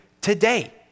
today